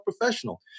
professional